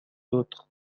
autres